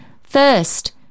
first